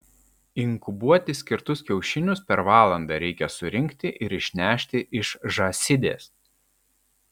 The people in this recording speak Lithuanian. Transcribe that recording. inkubuoti skirtus kiaušinius per valandą reikia surinkti ir išnešti iš žąsidės